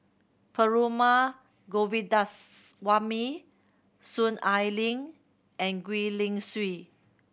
Perumal Govindaswamy Soon Ai Ling and Gwee Li Sui